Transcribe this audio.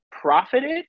profited